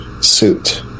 suit